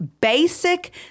basic